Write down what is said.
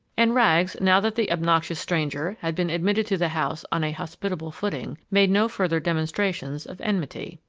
and rags, now that the obnoxious stranger had been admitted to the house on a hospitable footing, made no further demonstrations of enmity.